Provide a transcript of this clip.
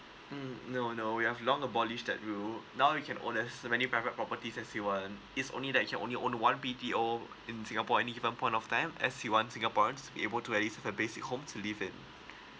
mm no no we have long abolish that rule now you can owners so many private properties as you want it's only that you can own one B_T_O in singapore any given upon of time as you ones singaporeans be able to at least a basic home to leave in